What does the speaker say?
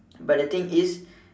but the thing is